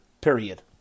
period